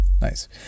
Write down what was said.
Nice